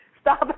Stop